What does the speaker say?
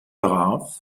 brav